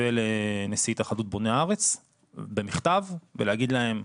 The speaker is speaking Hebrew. ולנשיא התאחדות בוני הארץ במכתב, ולהגיד להם,